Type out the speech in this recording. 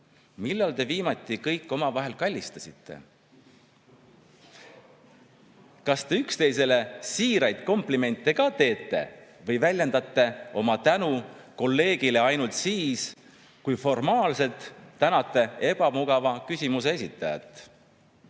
Millal te viimati kõik omavahel kallistasite? Kas te üksteisele siiraid komplimente ka teete? Või väljendate oma tänu kolleegile ainult siis, kui formaalselt tänate ebamugava küsimuse esitajat?